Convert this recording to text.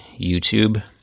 YouTube